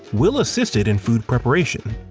will assisted in food preparation.